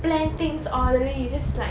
plan things orderly you just like